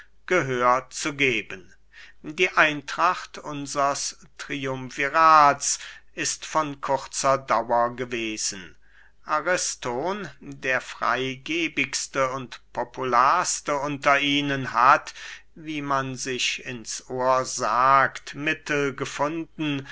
gehör zu geben die eintracht unsers triumvirats ist von kurzer dauer gewesen ariston der freygebigste und popularste unter ihnen hat wie man sich ins ohr sagt mittel gefunden